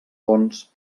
fonts